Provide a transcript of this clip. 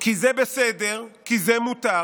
כי זה בסדר, כי זה מותר,